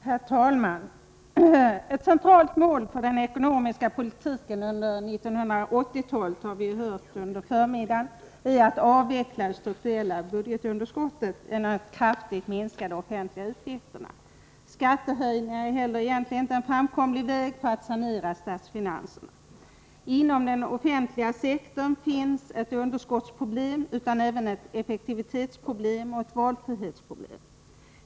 Herr talman! Ett centralt mål för den ekonomiska politiken under 1980-talet är, har vi hört under förmiddagen, att avveckla det strukturella budgetunderskottet genom att kraftigt minska de offentliga utgifterna. Skattehöjningar är ingen framkomlig väg för att sanera statsfinanserna. Inom den offentliga sektorn finns inte bara ett underskottsproblem utan även ett effektivitetsproblem och ett valfrihetsproblem.